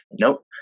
nope